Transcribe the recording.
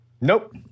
Nope